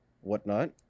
whatnot